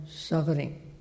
suffering